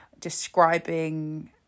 describing